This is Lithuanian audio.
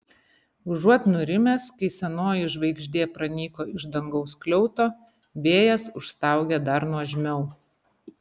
užuot nurimęs kai senoji žvaigždė pranyko iš dangaus skliauto vėjas užstaugė dar nuožmiau